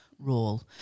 role